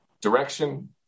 direction